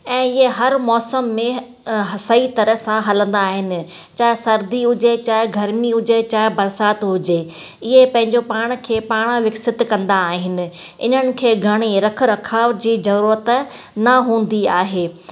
ऐं इहे हर मौसम में सही तरह सां हलंदा आहिनि चाहे सर्दी हुजे चाहे गर्मी हुजे चाहे बरसाति हुजे इहे पंहिंजो पाण खे पाण विकसित कंदा आहिनि इन्हनि खे घणी रखरखाव जी ज़रूरत न हूंदी आहे